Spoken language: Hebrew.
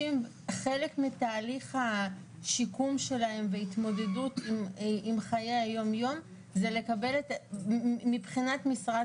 חלק מתהליך השיקום של האנשים בהתמודדות עם חיי היום יום מבחינת משרד